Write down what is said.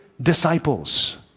disciples